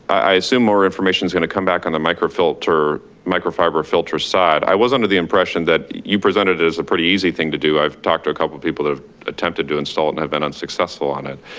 i assume more information is going to come back on the microfilter, micro fiber filter side. i was under the impression that you presented it as a pretty easy thing to do. i've talked to a couple people that have attempted to install it and have been unsuccessful on it.